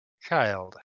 Child